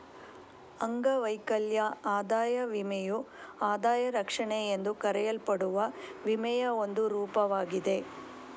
ಅಂಗವೈಕಲ್ಯ ಆದಾಯ ವಿಮೆಯು ಆದಾಯ ರಕ್ಷಣೆ ಎಂದು ಕರೆಯಲ್ಪಡುವ ವಿಮೆಯ ಒಂದು ರೂಪವಾಗಿದೆ